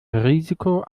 risiko